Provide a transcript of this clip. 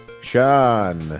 Sean